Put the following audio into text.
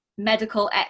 medical